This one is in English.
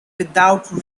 without